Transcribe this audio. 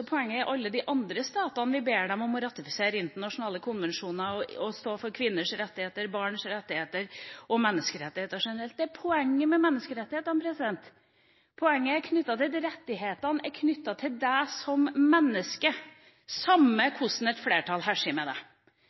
og i alle de andre statene som vi ber om å ratifisere internasjonale konvensjoner og stå for kvinners rettigheter, barns rettigheter og menneskerettigheter generelt; det er poenget med menneskerettighetene. Poenget er at rettighetene er knyttet til deg som menneske, uansett hvordan et flertall herser med